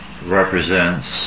represents